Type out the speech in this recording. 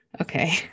Okay